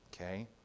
okay